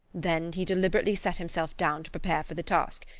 then he deliberately set himself down to prepare for the task.